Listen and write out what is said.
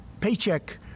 paycheck